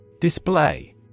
Display